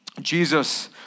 Jesus